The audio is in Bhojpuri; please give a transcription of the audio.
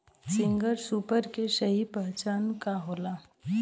सिंगल सूपर के सही पहचान का होला?